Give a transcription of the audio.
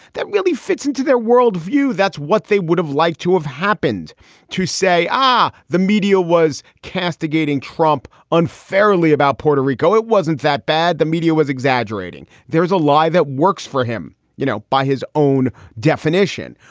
that really fits into their world view. that's what they would have liked to have happened to say. ah, the media was castigating trump unfairly about puerto rico. it wasn't that bad. the media was exaggerating. there is a lie that works for him, you know, by his own definition,